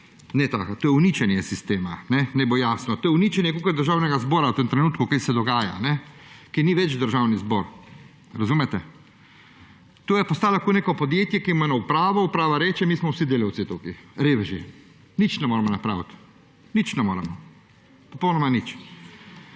To je uničenje sistema, naj bo jasno, kot državnega zbora v tem trenutku. Kar se zdaj dogaja, to ni več državni zbor. Razumete. To je postalo neko podjetje, ki ima eno upravo. Uprava reče, mi smo vsi delavci tukaj. Reveži. Nič ne moremo napraviti. Nič ne moremo. Popolnoma nič.